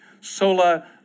Sola